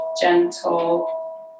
gentle